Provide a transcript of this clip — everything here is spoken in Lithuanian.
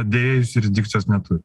deja jis jurisdikcijos neturi